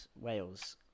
Wales